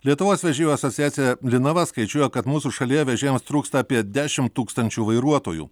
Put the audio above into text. lietuvos vežėjų asociacija linava skaičiuoja kad mūsų šalyje vežėjams trūksta apie dešimt tūkstančių vairuotojų